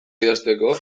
idazteko